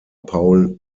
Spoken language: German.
paul